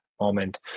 moment